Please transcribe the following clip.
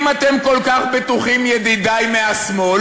אם אתם כל כך בטוחים, ידידי מהשמאל,